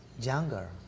younger